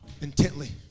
intently